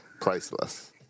priceless